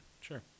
sure